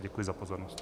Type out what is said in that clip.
Děkuji za pozornost.